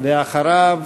ואחריו